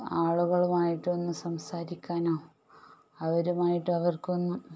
ആളുകളുമായിട്ടൊന്ന് സംസാരിക്കാനോ അവരുമായിട്ട് അവർക്കൊന്ന്